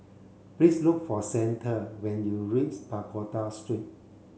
please look for Zander when you reach Pagoda Street